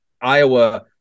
iowa